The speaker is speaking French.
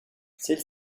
celle